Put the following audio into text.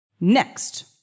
Next